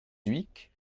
dhuicq